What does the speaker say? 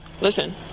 Listen